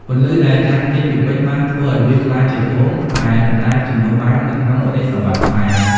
ពន្លឺដែលចាំងចេញពីពេជ្របានធ្វើឱ្យវាក្លាយជាត្បូងដែលមិនអាចជំនួសបាននៅក្នុងរាជសម្បត្តិខ្មែរ។